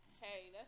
hey